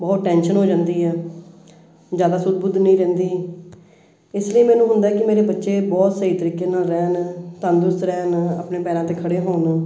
ਬਹੁਤ ਟੈਂਸ਼ਨ ਹੋ ਜਾਂਦੀ ਹੈ ਜ਼ਿਆਦਾ ਸੁਧ ਬੁਧ ਨਹੀਂ ਰਹਿੰਦੀ ਇਸ ਲਈ ਮੈਨੂੰ ਹੁੰਦਾ ਕਿ ਮੇਰੇ ਬੱਚੇ ਬਹੁਤ ਸਹੀ ਤਰੀਕੇ ਨਾਲ ਰਹਿਣ ਤੰਦਰੁਸਤ ਰਹਿਣ ਆਪਣੇ ਪੈਰਾਂ 'ਤੇ ਖੜ੍ਹੇ ਹੋਣ